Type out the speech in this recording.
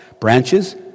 branches